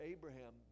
Abraham